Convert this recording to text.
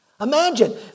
Imagine